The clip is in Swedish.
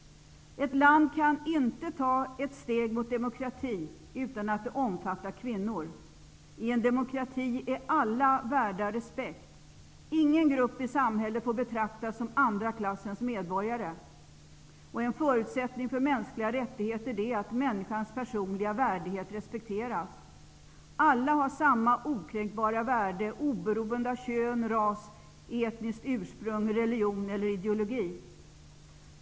Ett land kan inte ta ett steg mot demokrati utan att den omfattar kvinnor. I en demokrati är alla värda respekt. Ingen grupp i samhället får betraktas som andra klassens medborgare. En förutsättning för mänskliga rättigheter är att människans personliga värdighet respekteras. Alla har samma okränkbara värde oberoende av kön, ras, etnisk ursprung, religion eller ideologi.